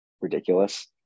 ridiculous